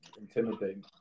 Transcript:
intimidating